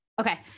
Okay